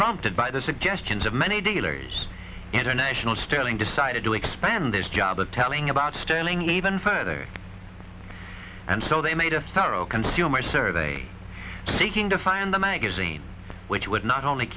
prompted by the suggestions of many dealers international sterling decided to expand this job of telling about sterling even further and so they made a thorough consumer survey seeking to find the magazine which would not only